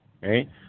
right